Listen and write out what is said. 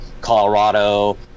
Colorado